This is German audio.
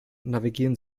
navigieren